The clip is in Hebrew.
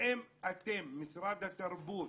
האם אתם, משרד התרבות,